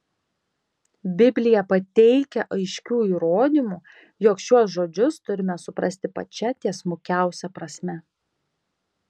biblija pateikia aiškių įrodymų jog šiuos žodžius turime suprasti pačia tiesmukiausia prasme